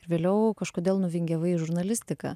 vėliau kažkodėl nuvingiavai į žurnalistiką